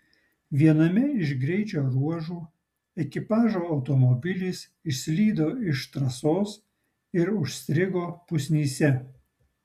viename iš greičio ruožų ekipažo automobilis išslydo iš trasos ir užstrigo pusnyse